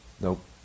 Nope